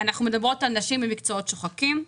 אנחנו מדברות על נשים במקצועות שוחקים,